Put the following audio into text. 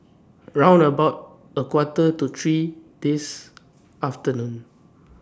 round about A Quarter to three This afternoon